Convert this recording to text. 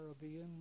Caribbean